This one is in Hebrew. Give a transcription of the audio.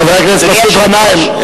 חבר הכנסת מסעוד גנאים,